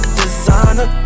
designer